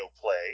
play